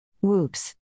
Whoops